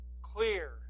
clear